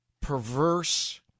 perverse